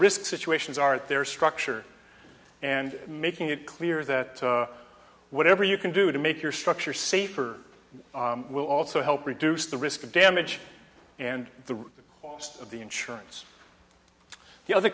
risk situations are at their structure and making it clear that whatever you can do to make your structure safer will also help reduce the risk of damage and the cost of the insurance the other